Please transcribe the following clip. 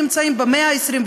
נמצאים במאה ה-21,